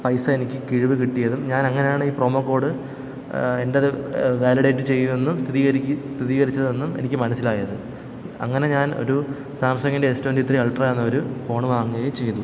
പൈസ എനിക്ക് കിഴിവ് കിട്ടിയതും ഞാനങ്ങനാണ് ഈ പ്രമോ കോഡ് എന്റേത് വാലിഡേറ്റ് ചെയ്യുമെന്നും സ്ഥിരീകരിച്ചതെന്നും എനിക്ക് മനസ്സിലായത് അങ്ങനെ ഞാൻ ഒരു സാംസങ്ങിൻ്റെ എസ് ട്വൻറ്റി ത്രീ അൾട്രാ എന്ന ഒരു ഫോണ് വാങ്ങുകയും ചെയ്തു